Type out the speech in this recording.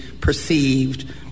perceived